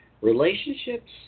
relationships